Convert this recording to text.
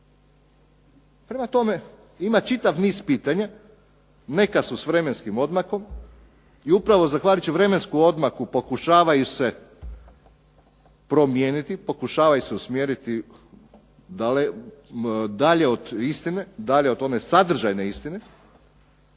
Prema tome, ima čitav niz pitanja, neka su s vremenskim odmakom i upravo zahvaljujući vremenskom odmaku pokušavaju se promijeniti, pokušavaju se usmjeriti dalje od istine, dalje od one sadržajne istine.